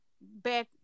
back